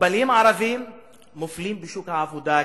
מופלים גם בשוק העבודה,